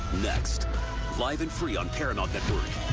next live and free on paramount network.